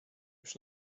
już